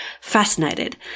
fascinated